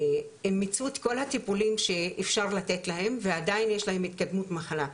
והן מיצו את כל הטיפולים שאפשר לתת להן ועדיין יש להן התקדמות מחלה,